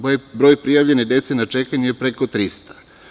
Broj prijavljene dece na čekanju je preko 300.